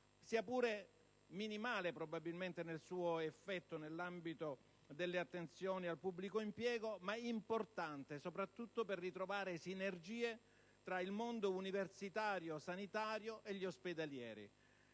Sia pur minimale, probabilmente, nel suo effetto nell'ambito delle attenzioni al pubblico impiego, esso è importante soprattutto per ritrovare sinergie tra il mondo universitario sanitario e quello degli ospedalieri.